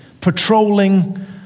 patrolling